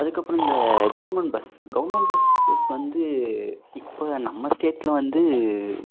அதுக்கப்றம் இந்த government bus government buses வந்து இப்போ நம்ம ஸ்டேட்டில் வந்து